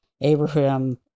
Abraham